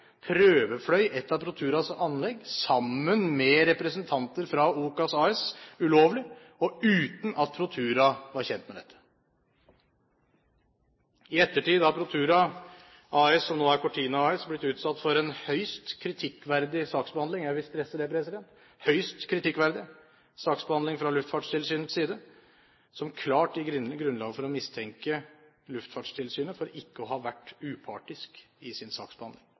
prøvefløy et av Proturas anlegg sammen med representanter fra OCAS AS ulovlig, og uten at Protura var kjent med dette. I ettertid har Protura AS, som nå er Cordina AS, blitt utsatt for en høyst kritikkverdig saksbehandling – jeg vil stresse det – fra Luftfartstilsynets side, som klart gir grunnlag for å mistenke Luftfartstilsynet for ikke å ha vært upartisk i sin saksbehandling.